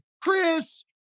Chris